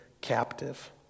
captive